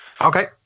Okay